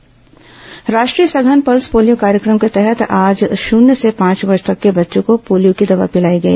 pulse polio अभियान राष्ट्रीय सघन पल्स पोलियो कार्यक्रम के तहत आज शून्य से पांच वर्ष तक के बच्चों को पोलियो की दवा पिलाई गई